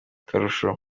akarusho